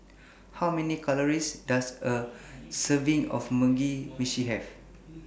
How Many Calories Does A Serving of Mugi Meshi Have